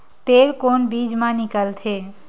तेल कोन बीज मा निकलथे?